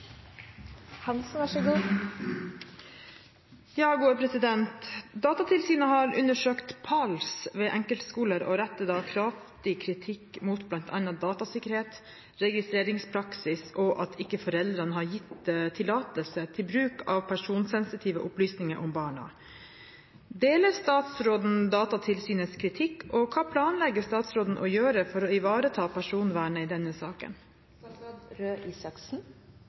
har undersøkt PALS ved enkeltskoler, og retter kraftig kritikk mot bl.a. datasikkerheten, registreringspraksis og at foreldre ikke er blitt spurt om tillatelse til bruk av personsensitive opplysninger om barna. Deler statsråden Datatilsynets kritikk, og hva planlegger statsråden å gjøre for å ivareta personvernet i denne saken?»